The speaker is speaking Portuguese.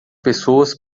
pessoas